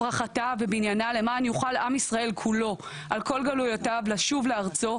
הפרחתה ובניינה למען יוכל עם ישראל כולו על כל גלויותיו לשוב לארצו,